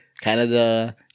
Canada